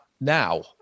now